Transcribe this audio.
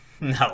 No